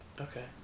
Okay